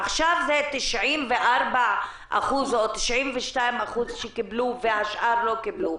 עכשיו 92% שקיבלו והשאר לא קיבלו.